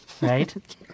right